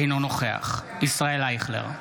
אינו נוכח ישראל אייכלר,